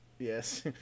Yes